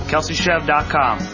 KelseyChev.com